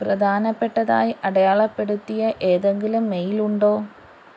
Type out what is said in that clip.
പ്രധാനപ്പെട്ടതായി അടയാളപ്പെടുത്തിയ ഏതെങ്കിലും മെയിലുണ്ടോ